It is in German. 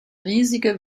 riesige